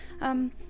um-